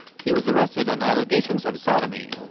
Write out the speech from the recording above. he was arrested on allegations of sodomy,